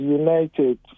united